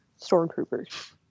stormtroopers